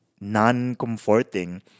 non-comforting